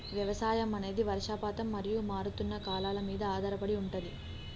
వ్యవసాయం అనేది వర్షపాతం మరియు మారుతున్న కాలాల మీద ఆధారపడి ఉంటది